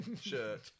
shirt